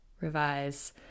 revise